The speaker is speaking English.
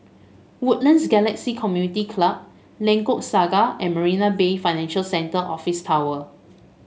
Woodlands Galaxy Community Club Lengkok Saga and Marina Bay Financial Centre Office Tower